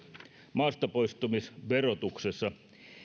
maastapoistumisverotuksessa